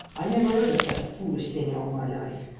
i never heard of such a foolish thing in all my life.